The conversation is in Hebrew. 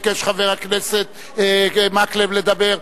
ביקש חבר הכנסת מקלב לדבר,